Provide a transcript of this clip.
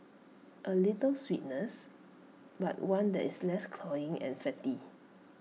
A little sweetness but one that is less cloying and fatty